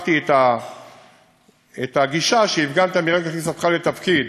שיבחתי את הגישה שהפגנת מרגע כניסתך לתפקיד,